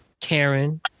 Karen